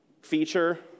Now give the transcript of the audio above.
feature